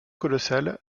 colossale